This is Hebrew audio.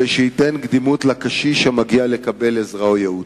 כדי שייתנו קדימות לקשיש המגיע לקבל עזרה או ייעוץ,